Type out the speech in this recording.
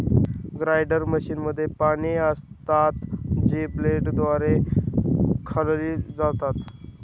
grinder मशीनमध्ये पाने असतात, जी ब्लेडद्वारे खाल्ली जातात